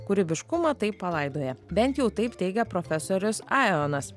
kūrybiškumą tai palaidoja bent jau taip teigia profesorius aeonas